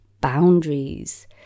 boundaries